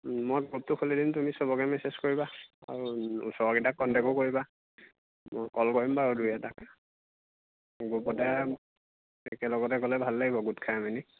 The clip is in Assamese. মই গ্ৰুপটো খুলি দিম তুমি সবকে মেছেজ কৰিবা আৰু ওচৰকেইটাক কণ্টেকো কৰিবা মই কল কৰিম বাৰু দুই এটাক গ্ৰুপতে একেলগতে গ'লে ভাল লাগিব গোট খাই মেলি